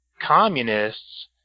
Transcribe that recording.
communists